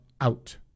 out